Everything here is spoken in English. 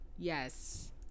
Yes